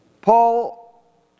Paul